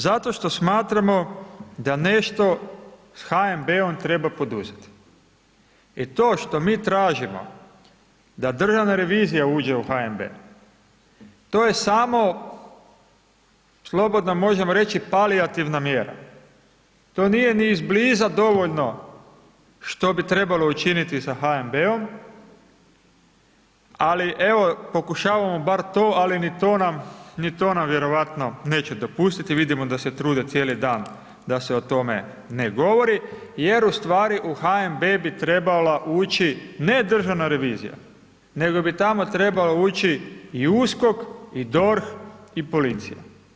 Zato što smatramo da nešto s HNB-om treba poduzeti i to što mi tražimo da Državna revizija uđe u HNB, to je samo, slobodno možemo reći, palijativna mjera, to nije ni izbliza dovoljno što bi trebalo učiniti sa HNB-om, ali evo pokušavamo bar to, ali ni to nam, ni to nam vjerojatno neće dopustiti, vidimo da se trude cijeli dan da se o tome ne govori jer u stvari u HNB bi trebala ući, ne Državna revizija, nego bi tamo trebao ući i USKOK i DORH i policija.